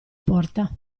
porta